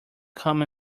coming